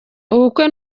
ubukwe